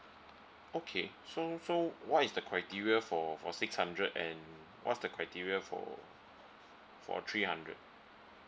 okay so so what is the criteria for for six hundred and what's the criteria for for three hundred